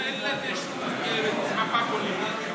ואין לזה שום מפה פוליטית.